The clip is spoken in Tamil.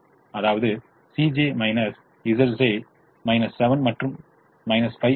அதாவது 7 மற்றும் 5 ஆகும்